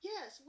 Yes